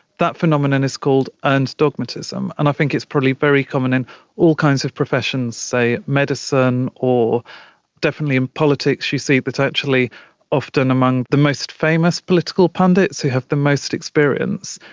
that phenomenon is called earned dogmatism, and i think it's probably very common in all kinds of professions, say in medicine or definitely in politics you see potentially often among the most famous political pundits who have the most experience,